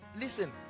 listen